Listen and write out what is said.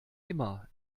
immer